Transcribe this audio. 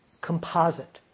composite